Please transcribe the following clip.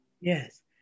Yes